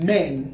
Men